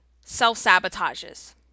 self-sabotages